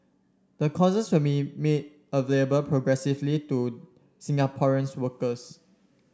the courses will be made available progressively to Singaporean's workers